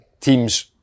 teams